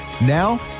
Now